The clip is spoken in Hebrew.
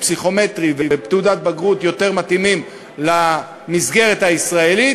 פסיכומטרי ותעודת בגרות יותר מתאימים למסגרת הישראלית,